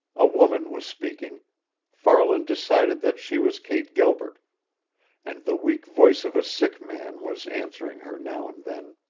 a woman was speaking farland decided that she was kate gilbert and the weak voice of a sick man was answering her now and then.